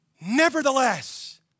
nevertheless